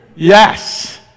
Yes